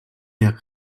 jak